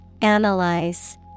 Analyze